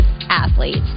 athletes